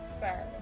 fair